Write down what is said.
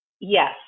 Yes